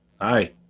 hi